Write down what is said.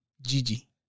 Gigi